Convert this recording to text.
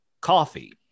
coffee